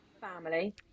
family